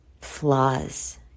flaws